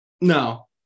No